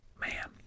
Man